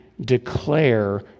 declare